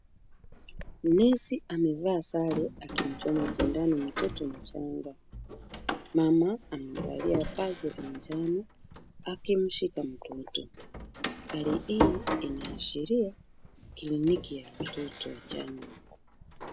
Nesi amevaa sare akimchoma sindano mtoto mchanga. Mama amevalia vazi la njano akimshika mtoto. Hali hii inaashiria kliniki ya watoto wachanga.